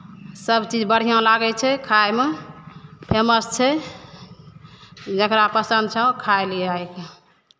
सभचीज बढ़िआँ लागै छै खायमे फेमस छै जकरा पसन्द छौ खाय लिहऽ आबि कऽ